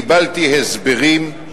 קיבלתי הסברים,